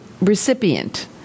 recipient